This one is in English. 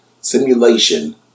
simulation